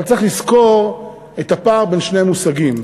אבל צריך לזכור את הפער בין שני מושגים,